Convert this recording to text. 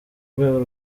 rwego